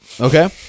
Okay